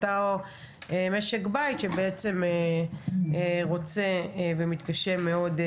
אותו משק בית שרוצה לקנות רכב ומתקשה מאוד.